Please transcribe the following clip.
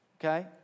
Okay